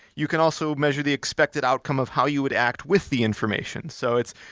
you can also measure the expected outcome of how you would act with the information. so it's,